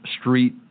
street